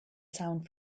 sound